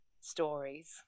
stories